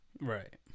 Right